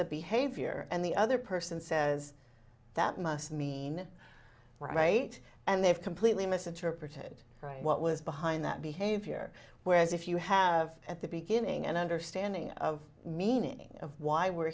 a behavior and the other person says that must mean right and they've completely misinterpreted what was behind that behavior whereas if you have at the beginning an understanding of meaning of why we're